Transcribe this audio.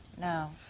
No